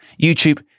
YouTube